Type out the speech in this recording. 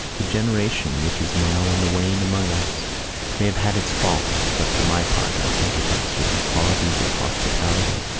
the generation which is now on the wane among us may have had its faults but for my part i think it had certain qualities of hospitality,